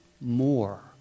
more